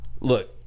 Look